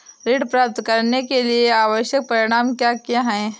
ऋण प्राप्त करने के लिए आवश्यक प्रमाण क्या क्या हैं?